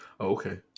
Okay